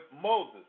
Moses